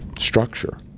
structure.